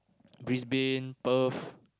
Brisbane Perth